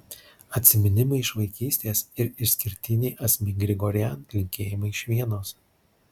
atsiminimai iš vaikystės ir išskirtiniai asmik grigorian linkėjimai iš vienos